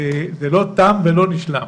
זה לא תם ולא נשלם.